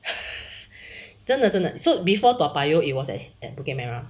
真的真的 so before toa payoh it was at at bukit merah